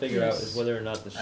figure out whether or not the